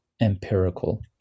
empirical